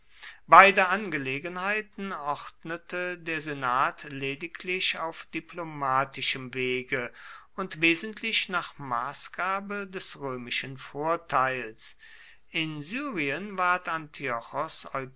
beide angelegenheiten ordnete der senat lediglich auf diplomatischem wege und wesentlich nach maßgabe des römischen vorteils in syrien ward